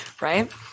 Right